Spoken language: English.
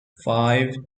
five